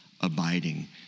abiding